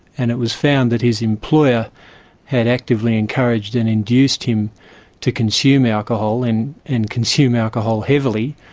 and it was found that his employer had actively encouraged and induced him to consume alcohol and and consume alcohol heavily.